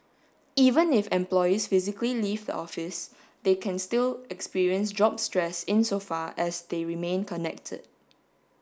even if employees physically leave the office they can still experience job stress insofar as they remain connected